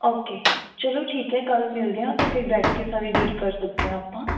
okay ਚਲੋ ਠੀਕ ਹੈ ਕੱਲ੍ਹ ਮਿਲਦੇ ਹਾਂ ਤਾਂ ਫਿਰ ਬੈਠ ਕੇ ਸਾਰੀ ਡੀਲ ਕਰ ਸਕਦੇ ਹਾਂ ਆਪਾਂ